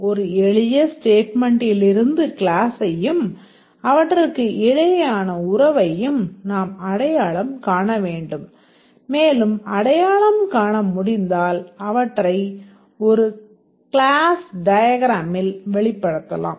ஒரு எளிய ஸ்டேட்மென்ட்டிலிருந்து கிளாஸ்சையும் அவற்றுக்கிடையேயான உறவையும் நாம் அடையாளம் காண வேண்டும் மேலும் அடையாளம் காண முடிந்தால் அவற்றை ஒரு கிளாஸ் டயக்ராமில் வெளிப்படுத்தலாம்